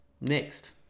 Next